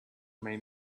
may